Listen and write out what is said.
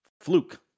fluke